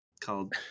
Called